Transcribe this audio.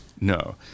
No